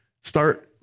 start